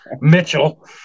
Mitchell